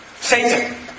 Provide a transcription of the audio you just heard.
Satan